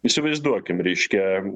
įsivaizduokim reiškia